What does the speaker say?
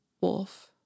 wolf